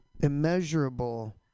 immeasurable